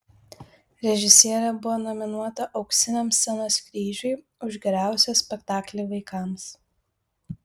režisierė buvo nominuota auksiniam scenos kryžiui už geriausią spektaklį vaikams